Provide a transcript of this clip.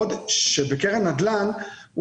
מה שאנחנו